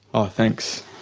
oh, thanks,